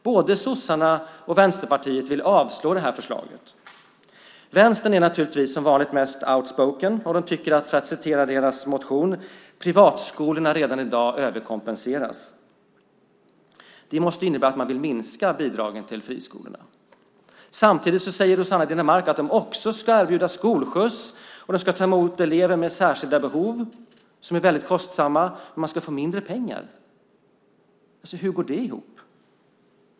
Både sossarna och Vänsterpartiet vill avslå det här förslaget. Vänstern är naturligtvis som vanligt mest outspoken, och tycker, för att citera deras motion, att "privatskolorna redan i dag överkompenseras". Det måste innebära att man vill minska bidragen till friskolorna. Samtidigt säger Rossana Dinamarca att de också ska erbjuda skolskjuts och ta emot elever med särskilda behov, vilket är väldigt kostsamt, men de ska få mindre pengar. Hur går det ihop?